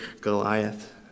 Goliath